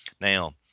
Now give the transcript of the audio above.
Now